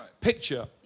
picture